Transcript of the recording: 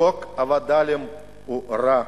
חוק הווד”לים הוא רע.